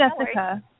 Jessica